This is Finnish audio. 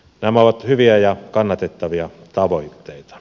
nämä ovat hyviä ja kannatettavia tavoitteita